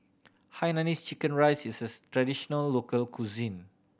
hainanese chicken rice is traditional local cuisine